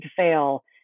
fail